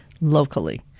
locally